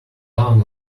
down